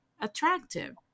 attractive